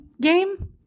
game